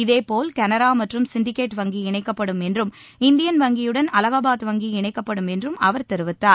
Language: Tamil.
இதேபோல் கனரா மற்றும் சிண்டிகேட் வங்கி இணைக்கப்படும் என்றும் இந்தியன் வங்கியுடன் அலகாபாத் வங்கி இணைக்கப்படும் என்றும் அவர் தெரிவித்தார்